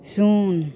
ᱥᱩᱱ